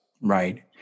Right